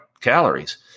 calories